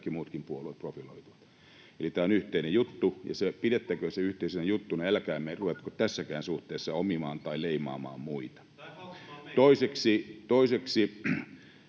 kaikki muutkin puolueet tässä profiloituvat. Eli tämä on yhteinen juttu, ja pidettäköön se yhteisenä juttuna. Älkäämme ruvetko tässäkään suhteessa omimaan tätä tai leimaamaan muita. [Sebastian